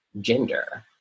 gender